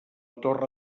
torre